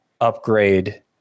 upgrade